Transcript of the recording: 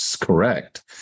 correct